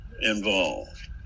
involved